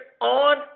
on